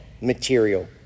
material